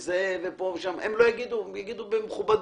הם יגידו במכובדות,